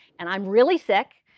and i'm really sick,